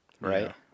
Right